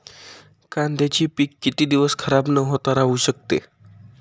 कांद्याचे पीक किती दिवस खराब न होता राहू शकते?